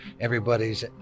everybody's